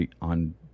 on